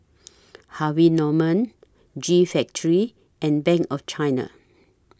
Harvey Norman G Factory and Bank of China